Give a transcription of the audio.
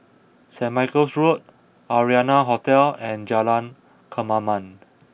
Saint Michael's Road Arianna Hotel and Jalan Kemaman